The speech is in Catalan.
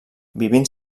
vivint